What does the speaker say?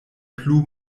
plu